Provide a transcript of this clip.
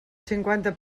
cinquanta